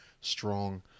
strong